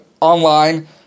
online